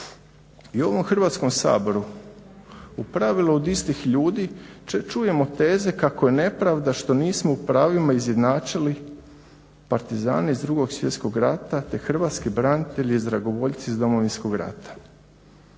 I u ovom Hrvatskom saboru u pravilu od istih ljudi čujemo teze kako je nepravda što nismo u pravima izjednačili Partizane iz Drugog svjetskog rata te hrvatske branitelje i dragovoljce iz Domovinskog rata.